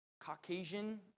Caucasian